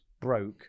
broke